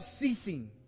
ceasing